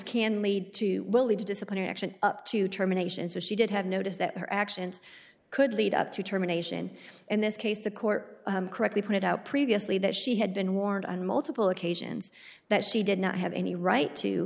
can lead to will lead to disciplinary action up to terminations so she did have notice that her actions could lead up to terminations and this case the court correctly pointed out previously that she had been warned on multiple occasions that she did not have any right to